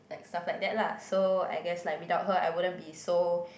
stuff like that lah so I guess like without her I wouldn't be so